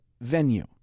venue